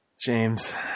James